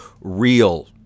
real